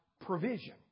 provision